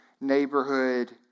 neighborhood